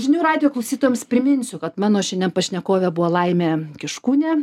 žinių radijo klausytojams priminsiu kad mano šiandien pašnekovė buvo laimė kiškūnė